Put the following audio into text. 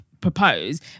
propose